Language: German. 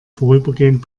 vorübergehend